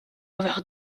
avoir